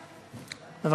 אני כאן.